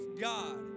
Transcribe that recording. God